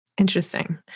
Interesting